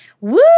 woo